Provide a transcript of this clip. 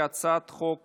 ההצעה להעביר את הצעת חוק